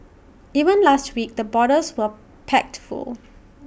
even last week the borders were packed full